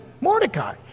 Mordecai